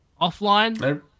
Offline